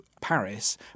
Paris